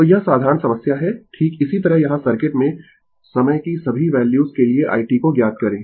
तो यह साधारण समस्या है ठीक इसी तरह यहाँ सर्किट में समय की सभी वैल्यूज के लिए i t को ज्ञात करें